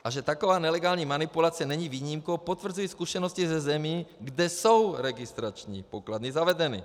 A že taková nelegální manipulace není výjimkou, potvrzují zkušenosti ze zemí, kde jsou registrační pokladny zavedeny.